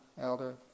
elder